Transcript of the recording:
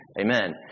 Amen